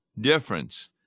difference